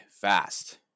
fast